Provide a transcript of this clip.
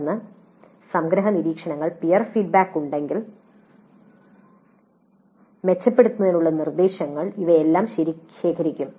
തുടർന്ന് സംഗ്രഹ നിരീക്ഷണങ്ങൾ പിയർ ഫീഡ്ബാക്ക് ഉണ്ടെങ്കിൽ മെച്ചപ്പെടുത്തുന്നതിനുള്ള നിർദ്ദേശങ്ങൾ ഇവയെല്ലാം ശേഖരിക്കും